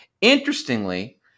Interestingly